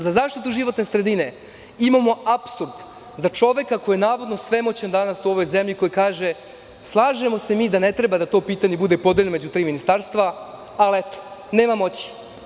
Za zaštitu životne sredine imamo apsurd za čoveka koji je navodno svemoćan u ovoj zemlji, koji kaže – slažemo se mi da ne treba to pitanje da bude podeljeno između tri ministarstva, ali eto, nema moći.